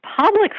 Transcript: public